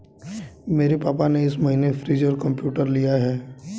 मेरे पापा ने इस महीने फ्रीज और कंप्यूटर लिया है